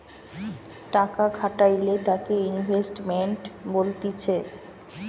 টাকা খাটাইলে তাকে ইনভেস্টমেন্ট বলতিছে